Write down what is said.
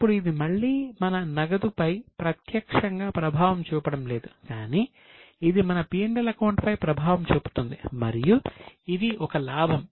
ఇప్పుడు ఇది మళ్ళీ మన నగదుపై ప్రత్యక్షంగా ప్రభావం చూపడం లేదు కానీ ఇది మన P L అకౌంట్ పై ప్రభావం చూపుతుంది మరియు ఇది ఒక లాభం